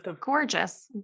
gorgeous